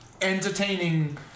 entertaining